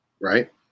right